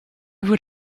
would